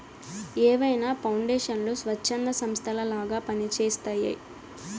ఏవైనా పౌండేషన్లు స్వచ్ఛంద సంస్థలలాగా పని చేస్తయ్యి